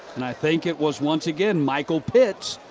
and i think it was, once again, michael pitts,